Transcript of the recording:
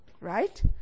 right